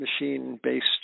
machine-based